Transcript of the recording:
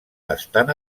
estan